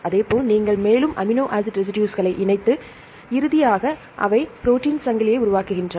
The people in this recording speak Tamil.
அதேபோல் நீங்கள் மேலும் அமினோ ஆசிட் ரெசிடுஸ்களை இணைத்து இறுதியாக அவை ப்ரோடீன்ச் சங்கிலியை உருவாக்குகின்றன